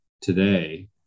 today